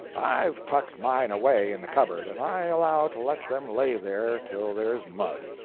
i've tucked mine away in the cupboard, and i allow to let them lay there till there's mud.